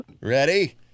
Ready